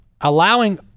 allowing